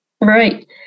Right